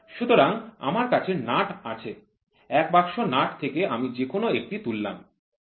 সুতরাং আমার কাছে নাট আছে ১ বাক্স নাট্ থেকে আমি যেকোনো একটি তুললাম